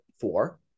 four